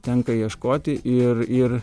tenka ieškoti ir ir